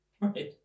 Right